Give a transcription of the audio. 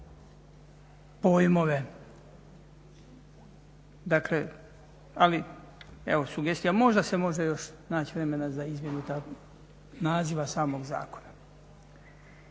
pojmove. Dakle, ali evo sugestija. Možda se može još naći vremena za izmjenu takvog naziva samog zakona.